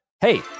Hey